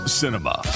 cinema